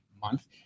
month